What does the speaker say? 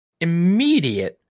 immediate